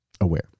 aware